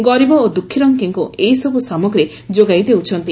ଗରିବ ଓ ଦୁଃଖୀରଙ୍କିଙ୍କୁ ଏ ସବୁ ସାମଗ୍ରୀ ଯୋଗାଇ ଦେଉଛନ୍ତି